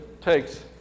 takes